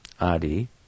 Adi